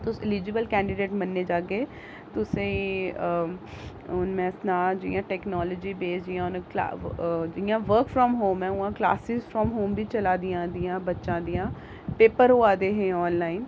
तुस eligible candidate मन्ने जाह्गे तुसें ई हुन में सनाऽ जि'यां टैक्नोलोजी बेसड जि'यां हुन कलैब जि'यां बर्क फ्राम होम ऐ उ'आं क्लासिस फ्राम होम बी चलै दियां उं'दियां बच्चें दियां पेपर होआ दे हे आनलाइन